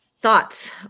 Thoughts